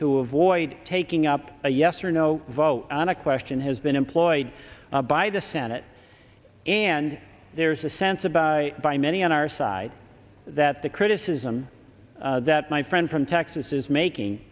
to avoid taking up a yes or no vote on a question has been employed by the senate and there's a sense about by many on our side that the criticism that my friend from texas is making